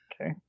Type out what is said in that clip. Okay